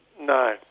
No